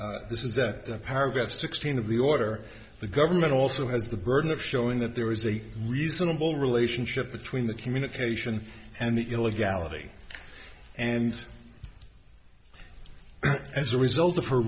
order is that paragraph sixteen of the order the government also has the burden of showing that there is a reasonable relationship between the communication and the illegality and as a result